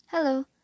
hello